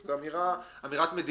זאת אמירת מדיניות.